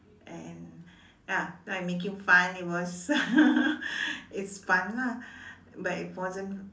and ya like making fun it was it's fun lah but it wasn't